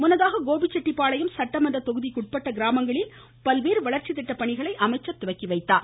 முன்னதாக கோபிச்செட்டிப்பாளையம் சட்டமன்ற தொகுதிக்குட்பட்ட கிராமங்களில் பல்வேறு வளர்ச்சி திட்ட பணிகளையும் அமைச்சர் தொடங்கிவைத்தார்